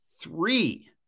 three